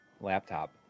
laptop